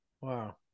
Wow